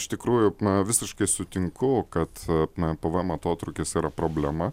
iš tikrųjų visiškai sutinku kad pvem atotrūkis yra problema